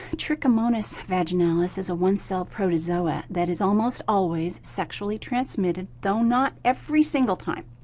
trichomonas vaginalis is a one cell protozoa that is almost always sexually transmitted, though not every single time.